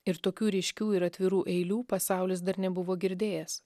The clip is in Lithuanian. ir tokių ryškių ir atvirų eilių pasaulis dar nebuvo girdėjęs